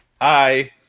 hi